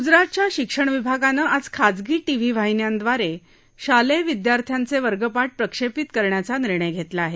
गुजरातच्या शिक्षण विभागानं आज खाजगी टीव्ही वाहिन्यांद्वारे शालेय विद्यार्थ्यांचे वर्गपाठ प्रक्षेपित करण्याचा निर्णय घेतला आहे